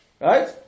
Right